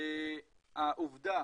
העובדה